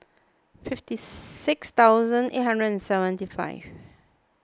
fifty six thousand eight hundred seventy five